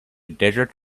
desert